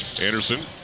Anderson